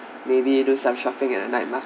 maybe do some shopping at a night mar~